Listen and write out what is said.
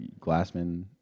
Glassman